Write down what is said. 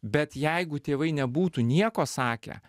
bet jeigu tėvai nebūtų nieko sakę